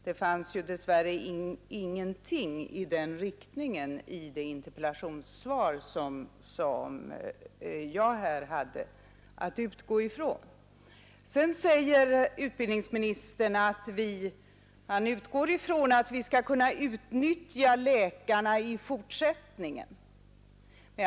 Det fanns ingenting i den riktningen i det interpellationssvar som jag här hade att utgå ifrån. Sedan säger utbildningsministern att han utgår från att vi skall kunna utnyttja läkarna i fortsättningen.